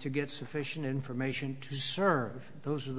to get sufficient information to serve those are the